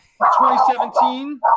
2017